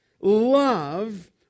love